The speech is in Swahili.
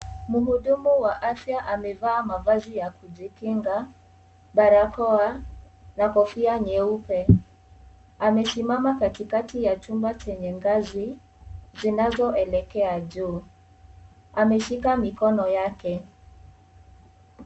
Muhudumu wa afia ameva mavazi ya kujikinga barakoa na kofia nyeupe amesimama katikaki ya chumba chenye ngazi zinazo elekea juu. Ameshika mikono yake.